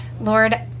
Lord